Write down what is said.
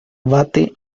bate